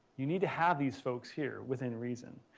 you need to have these folks here within reason.